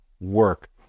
work